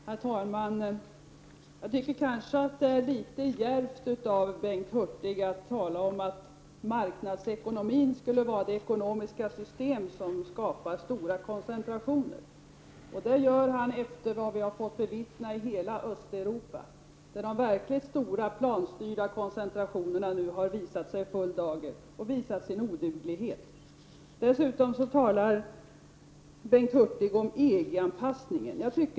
Herr talman! Det är kanske litet djärvt av Bengt Hurtig att säga att det är marknadsekonomin som är det ekonomiska system som skapar stora koncentrationer. Det gör han efter vad vi har fått bevittna i hela Östeuropa, där de verkligt stora planstyrda ekonomierna har visat sin oduglighet i full dager. Bengt Hurtig talar dessutom om EG-anpassningen.